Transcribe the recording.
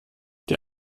der